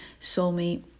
soulmate